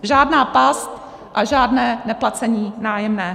Žádná past a žádné neplacení nájemného.